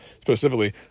specifically